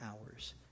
hours